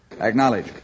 Acknowledge